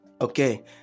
Okay